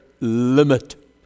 limit